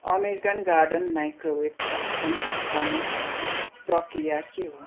American Garden microwave popcorn फर्काउने प्रक्रिया के हो